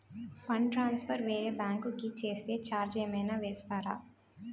Fund transfer వేరే bank కి చేస్తే ఛార్జ్ ఏమైనా వేస్తారా?